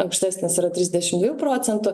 aukštesnis yra trisdešim dviejų procentų